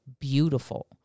beautiful